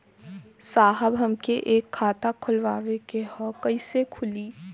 साहब हमके एक खाता खोलवावे के ह कईसे खुली?